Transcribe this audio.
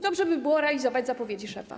Dobrze by było realizować zapowiedzi szefa.